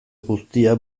guztia